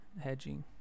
hedging